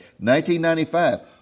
1995